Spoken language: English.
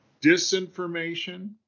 disinformation